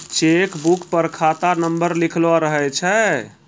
cheque book पर खाता नंबर लिखलो रहै छै